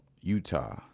Utah